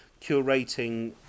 curating